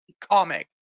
comic